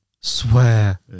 Swear